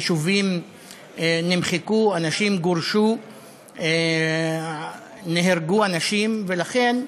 יישובים נמחקו, אנשים גורשו, נהרגו אנשים, ולכן,